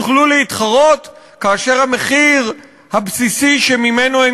יוכלו להתחרות כאשר המחיר הבסיסי שממנו הם